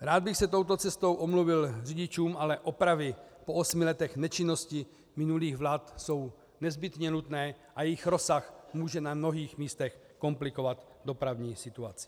Rád bych se touto cestou omluvil řidičům, ale opravy po osmi letech nečinnosti minulých vlád jsou nezbytně nutné a jejich rozsah může na mnoha místech komplikovat dopravní situaci.